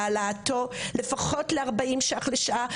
להעלאתו לפחות ל-40 ₪ לשעה.